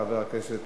חבר הכנסת